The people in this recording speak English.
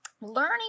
Learning